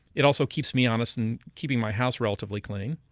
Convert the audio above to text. it also keeps me honest in keeping my house relatively clean